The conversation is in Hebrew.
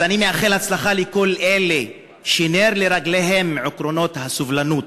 אני מאחל הצלחה לכל אלה שנר לרגליהם עקרונות הסובלנות,